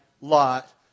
Lot